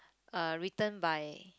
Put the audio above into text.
uh written by